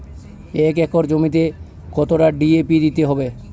এক একর জমিতে কতটা ডি.এ.পি দিতে হবে?